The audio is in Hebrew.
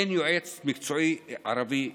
אין יועץ מקצועי ערבי אחד.